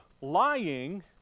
lying